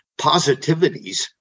positivities